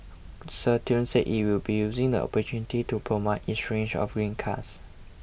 Citroen said it will be using the opportunity to promote its range of green cars